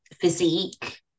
physique